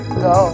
go